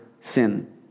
sin